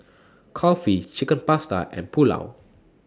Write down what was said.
Kulfi Chicken Pasta and Pulao